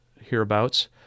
Hereabouts